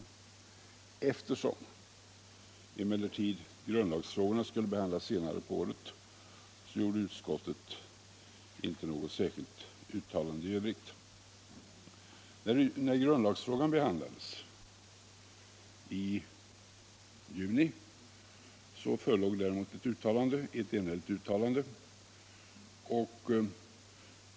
Men eftersom grundlagsfrågorna skulle behandlas senare på året gjorde utskottet inte något särskilt uttalande i övrigt. När grundlagsfrågorna behandlades i juni förelåg däremot ett enhälligt uttalande.